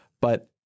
but-